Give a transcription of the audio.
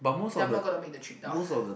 then I'm not going to make the trip down